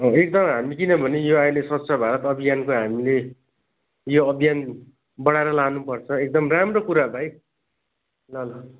एकदम हामी किनभने यो अहिले स्वच्छ भारत अभियानको हामीले यो अभियान बढाएर लानुपर्छ एकदम राम्रो कुरा भाइ ल ल